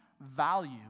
value